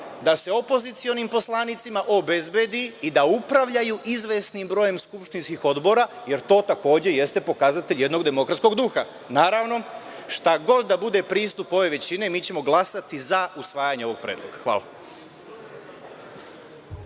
da se opozicionim poslanicima obezbedi i da upravljaju izvesnim brojem skupštinskih odbora jer to takođe jeste pokazatelj jednog demokratskog duha. Naravno, šta god bude pristup ove većine mi ćemo glasati za usvajanje ovog predloga. Hvala.